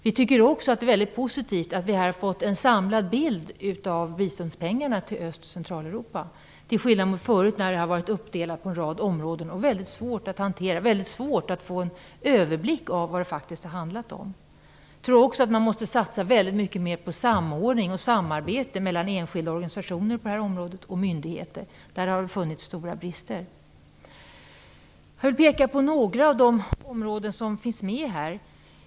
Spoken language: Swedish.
Vi tycker också att det är väldigt positivt att vi här har fått en samlad bild av biståndspengarna till Öst och Centraleuropa, till skillnad från förut när det varit en uppdelning på en rad områden och när det varit en väldigt svår hantering. Det har varit mycket svårt att få en överblick över vad det faktiskt har handlat om. Vidare tror jag att man måste satsa mycket mera på samordning och samarbete mellan enskilda organisationer på området och myndigheter. Där har det funnits stora brister. Jag vill peka på några av de områden som finns med här.